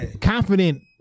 confident